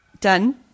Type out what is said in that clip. Done